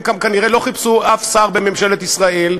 הם גם כנראה לא חיפשו אף שר בממשלת ישראל.